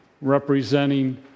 representing